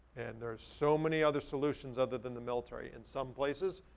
and there's so many other solutions other than the military. in some places,